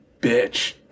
bitch